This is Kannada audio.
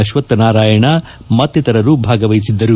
ಅಶ್ವತ್ದ್ ನಾರಾಯಣ ಮತ್ತಿತರರು ಭಾಗವಹಿಸಿದ್ದರು